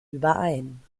überein